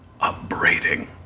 upbraiding